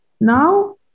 now